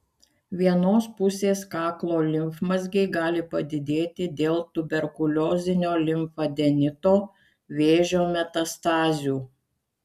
vienos pusės kaklo limfmazgiai gali padidėti dėl tuberkuliozinio limfadenito vėžio metastazių